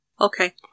Okay